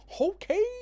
okay